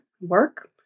work